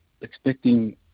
expecting